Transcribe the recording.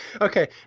Okay